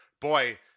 boy